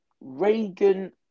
Reagan